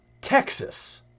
Texas